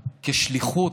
כשליחות,